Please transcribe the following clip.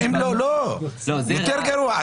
יותר גרוע.